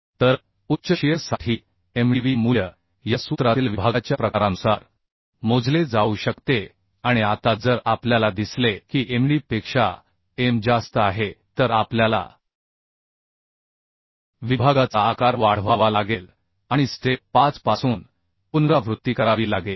तर उच्च शिअर साठी Mdv मूल्य या सूत्रातील विभागाच्या प्रकारानुसार मोजले जाऊ शकते आणि आता जर आपल्याला दिसले की Md पेक्षा M जास्त आहे तर आपल्याला विभागाचा आकार वाढवावा लागेल आणि स्टेप 5 पासून पुनरावृत्ती करावी लागेल